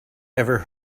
ever